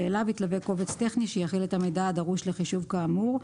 ואליו יתלווה קובץ טכני שיכיל את המידע הדרוש לחישוב כאמור.